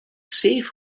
safe